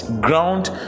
ground